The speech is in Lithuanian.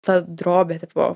ta drobė tipo